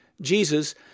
Jesus